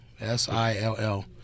s-i-l-l